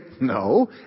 no